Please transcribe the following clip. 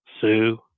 Sue